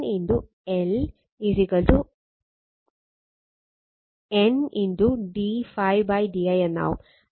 ഒപ്പം L N L N d ∅ d i എന്നാവും